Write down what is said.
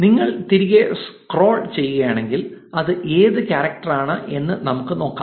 നിങ്ങൾ തിരികെ സ്ക്രോൾ ചെയ്യുകയാണെങ്കിൽ അത് ഏത് കാറെക്ടർ ആണ് എന്ന് നമുക്ക് നോക്കാം